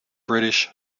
british